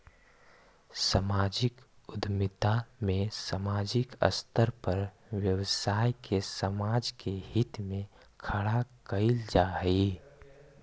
सामाजिक उद्यमिता में सामाजिक स्तर पर व्यवसाय के समाज के हित में खड़ा कईल जा हई